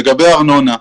לגבי ארנונה.